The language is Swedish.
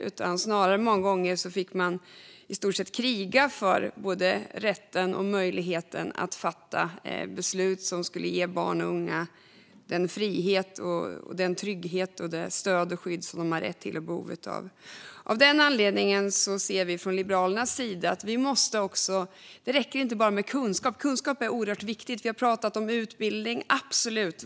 Snarare fick man många gånger i stort sett kriga för både rätten och möjligheten att fatta beslut som skulle ge barn och unga den frihet, den trygghet, det stöd och det skydd som de har rätt till och behov av. Av denna anledning menar vi i Liberalerna att det inte räcker med bara kunskap. Kunskap är oerhört viktigt. Vi har pratat om utbildning. Absolut.